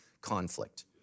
conflict